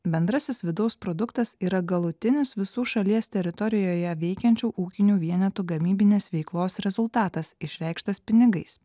bendrasis vidaus produktas yra galutinis visų šalies teritorijoje veikiančių ūkinių vienetų gamybinės veiklos rezultatas išreikštas pinigais